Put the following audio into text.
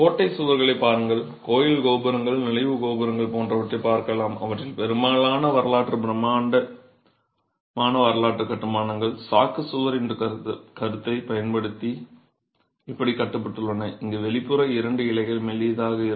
கோட்டைச் சுவர்களைப் பாருங்கள் கோயில் கோபுரங்கள் நுழைவுக் கோபுரங்கள் போன்றவற்றைப் பார்க்கலாம் அவற்றில் பெரும்பாலான வரலாற்றுப் பிரமாண்டமான வரலாற்றுக் கட்டுமானங்கள் சாக்குச் சுவர் என்ற கருத்தைப் பயன்படுத்தி இப்படிக் கட்டப்பட்டுள்ளன இங்கு வெளிப்புற இரண்டு இலைகள் மெல்லியதாக இருக்கும்